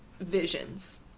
visions